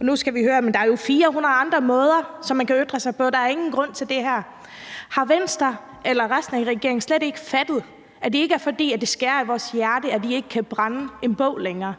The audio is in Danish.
Nu skal vi høre, at der er 400 andre måder, som man kan ytre sig på; der er ingen grund til det her. Har Venstre eller resten af regeringen slet ikke fattet, at det ikke er, fordi det skærer i vores hjerte, at vi ikke kan brænde en bog længere?